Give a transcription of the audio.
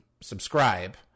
subscribe